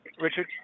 Richard